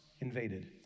invaded